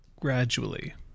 gradually